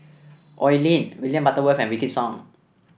Oi Lin William Butterworth and Wykidd Song